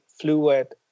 fluid